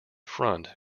front